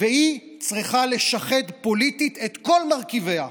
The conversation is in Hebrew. והיא צריכה לשחד פוליטית את כל מרכיביה.